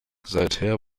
seither